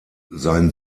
sein